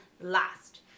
last